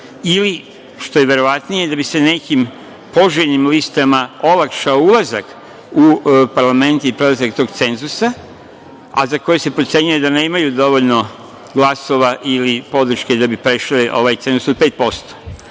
ili, što je verovatnije, da bi se nekim poželjnim listama olakšao ulazak u parlament i prelazak tog cenzusa, a za koje se procenjuje da nemaju dovoljno glasova ili podrške da bi prešle ovaj cenzus od 5%.Ako